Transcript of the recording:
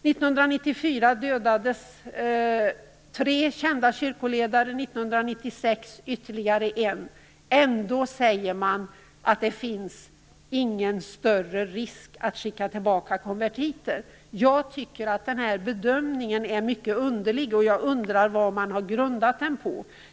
1994 Ändå säger man att det inte är någon större risk att skicka tillbaka konvertiter. Jag tycker att den bedömningen är mycket underlig, och jag undrar vad man har grundat den på.